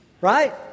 right